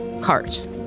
cart